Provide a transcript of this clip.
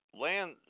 land